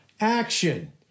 Action